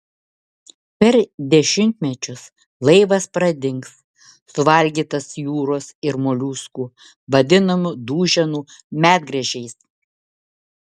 per dešimtmečius laivas pradings suvalgytas jūros ir moliuskų vadinamų duženų medgręžiais